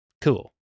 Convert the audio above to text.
cool